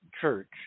Church